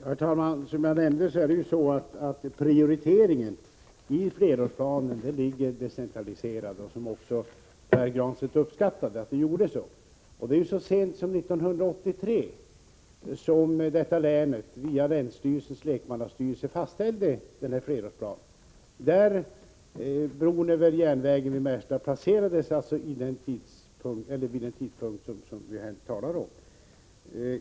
Herr talman! Som jag nämnde är prioriteringen i flerårsplanen decentraliserad, vilket Pär Granstedt också uppskattade. Det var så sent som 1983 som länet, via länsstyrelsens lekmannastyrelse, fastställde flerårsplanen och placerade byggandet av bron över järnvägen i Märsta vid den tidpunkt som vi här talar om.